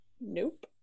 nope